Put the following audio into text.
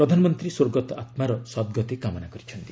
ପ୍ରଧାନମନ୍ତ୍ରୀ ସ୍ୱର୍ଗତ ଆତ୍ମାର ସଦ୍ଗତି କାମନା କରିଛନ୍ତି